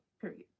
Period